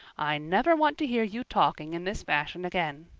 i never want to hear you talking in this fashion again.